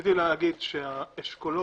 רציתי להגיד שהאשכולות,